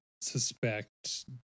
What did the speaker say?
suspect